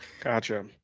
Gotcha